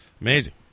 amazing